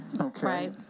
Okay